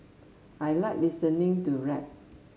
I like listening to rap